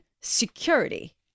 security